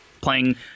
playing